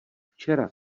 včera